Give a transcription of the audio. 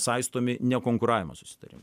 saistomi nekonkuravimo susitarimais